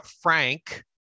frank